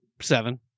seven